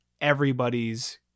everybody's